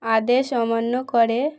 আদেশ অমান্য করে